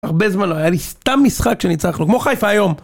הרבה זמן לא, היה לי סתם משחק שניצחנו, כמו חיפה היום.